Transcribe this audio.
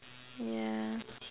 yeah